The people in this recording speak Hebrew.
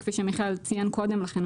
שכפי שמיכאל ציין קודם לכן,